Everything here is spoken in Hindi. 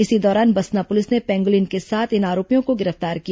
इसी दौरान बसना पुलिस ने पेंगुलिन के साथ इन आरोपियों को गिर पतार किया